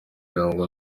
irangwa